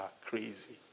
crazy